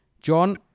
John